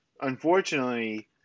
unfortunately